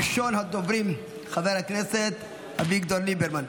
ראשון הדוברים, חבר הכנסת אביגדור ליברמן,